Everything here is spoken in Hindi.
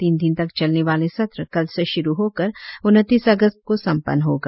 तीन दिन तक चलने वाले सत्र कल से श्रु होकर उनतीस अगस्त को संपन्न होगा